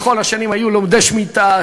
בכל השנים היו לומדי שמיטה,